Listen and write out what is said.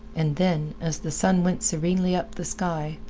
and then, as the sun went serenely up the sky,